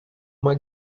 uma